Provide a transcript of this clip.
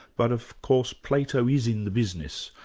but of course plato is in the business,